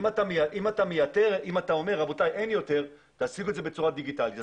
אתה אומר תעשו את זה בצורה דיגיטלית.